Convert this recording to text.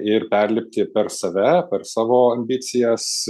ir perlipti per save per savo ambicijas